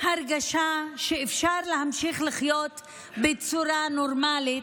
הרגשה שאפשר להמשיך לחיות בצורה נורמלית,